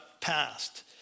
passed